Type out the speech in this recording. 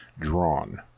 Drawn